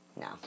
No